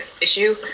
issue